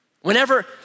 Whenever